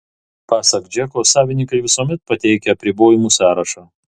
pasak džeko savininkai visuomet pateikia apribojimų sąrašą